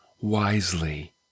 wisely